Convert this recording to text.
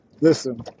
Listen